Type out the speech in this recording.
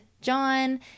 John